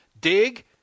Dig